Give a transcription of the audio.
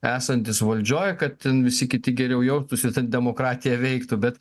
esantys valdžioj kad visi kiti geriau jaustųsi kad demokratija veiktų bet